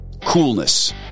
coolness